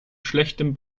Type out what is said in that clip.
schlechtem